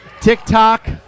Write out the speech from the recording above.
TikTok